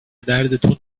دردتون